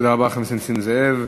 תודה רבה לחבר הכנסת נסים זאב.